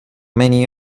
many